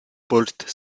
porte